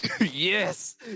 Yes